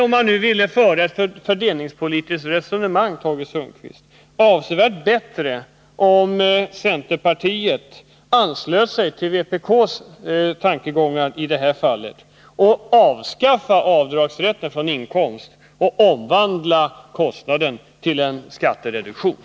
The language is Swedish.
Om man vill föra ett fördelningspolitiskt resonemang vore det, Tage Sundkvist, avsevärt bättre om centerpartiet anslöt sig till vpk:s tankegångar om att avskaffa rätten till avdrag från inkomsten och omvandla avdraget till en skattereduktion.